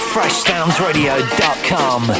FreshSoundsRadio.com